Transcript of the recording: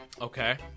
Okay